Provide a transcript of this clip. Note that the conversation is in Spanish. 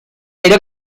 aire